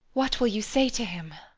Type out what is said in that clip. what will you say to him?